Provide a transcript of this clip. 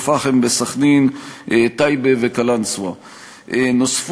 טייבה, אלה רק